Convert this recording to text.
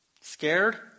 scared